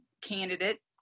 candidate